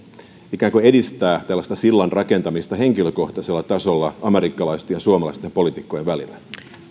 ikään kuin edistää tällaista sillanrakentamista henkilökohtaisella tasolla amerikkalaisten ja suomalaisten poliitikkojen välillä